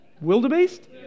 wildebeest